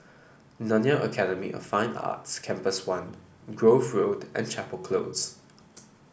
Nanyang Academy of Fine Arts Campus One Grove Road and Chapel Close